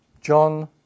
John